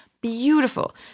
beautiful